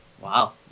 Wow